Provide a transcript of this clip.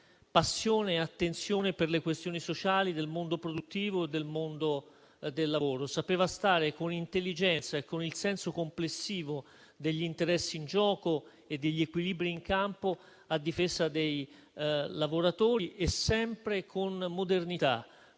passione e attenzione per le questioni sociali del mondo produttivo e del lavoro. Sapeva stare, con intelligenza e con il senso complessivo degli interessi in gioco e degli equilibri in campo, a difesa dei lavoratori, sempre con modernità,